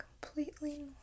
Completely